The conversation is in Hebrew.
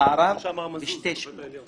כמו שאמר מזוז בבית המשפט העליון.